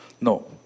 No